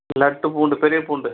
லட்டு பூண்டு பெரிய பூண்டு